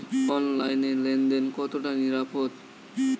অনলাইনে লেন দেন কতটা নিরাপদ?